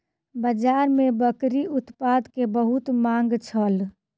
बाजार में बकरीक उत्पाद के बहुत मांग छल